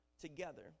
together